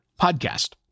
Podcast